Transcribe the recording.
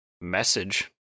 message